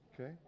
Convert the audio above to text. Okay